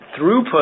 throughput